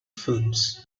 films